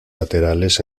laterales